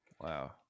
Wow